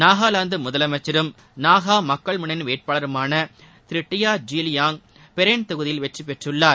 நாகாலாந்து முதலமைச்சரும் நாகா மக்கள் முன்னணி வேட்பாளருமான திரு டி ஆர் ஜீலியாங் பெரென் தொகுதியில் வெற்றி பெற்றுள்ளார்